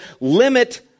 limit